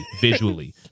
visually